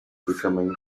becoming